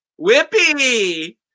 Whippy